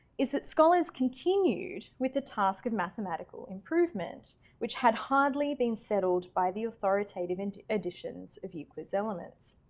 is that scholars continued with the task of mathematical improvement which had hardly been settled by the authoritative and editions of euclid's elements.